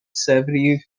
savory